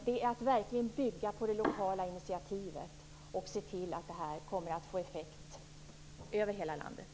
Det innebär verkligen att man bygger på det lokala initiativet och att man ser till att detta kommer att få effekt över hela landet.